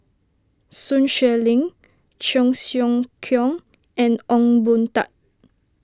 Sun Xueling Cheong Siew Keong and Ong Boon Tat